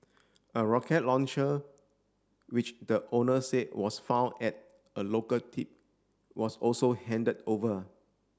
a rocket launcher which the owner said was found at a local tip was also handed over